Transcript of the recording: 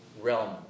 realm